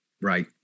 right